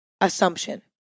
assumption